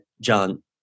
John